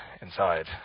inside